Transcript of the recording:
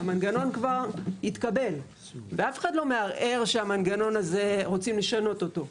המנגנון כבר התקבל ואף אחד לא מערער שהמנגנון הזה רוצים לשנות אותו.